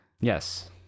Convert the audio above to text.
yes